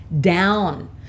down